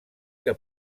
que